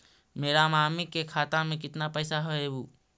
मेरा मामी के खाता में कितना पैसा हेउ?